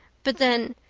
but then,